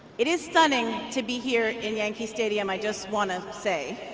it is stunning to be here in yankee stadium, i just want to say